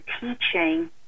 teaching